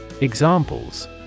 Examples